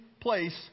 place